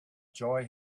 joy